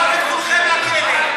מרגי,